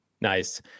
Nice